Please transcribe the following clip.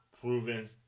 proven